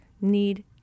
need